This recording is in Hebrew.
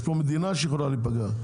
יש פה מדינה שיכולה להיפגע.